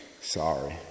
sorry